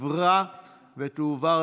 (תגמולים ושיקום) (תיקון,